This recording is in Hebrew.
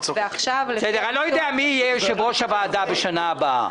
אני לא יודע מי יהיה יושב-ראש הוועדה בשנה הבאה